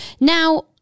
Now